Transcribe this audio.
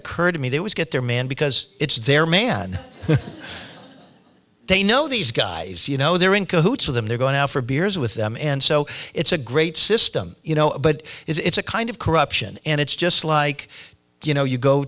occurred to me they would get their man because it's their man they know these guys you know they're in cahoots with them they're going out for beers with them and so it's a great system you know but it's a kind of corruption and it's just like you know you go